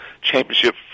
championship